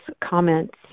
comments